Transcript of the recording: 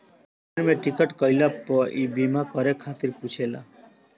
train में ticket कईला पअ इ बीमा करे खातिर पुछेला